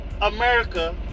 America